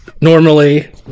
normally